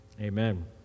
Amen